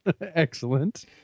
Excellent